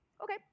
Okay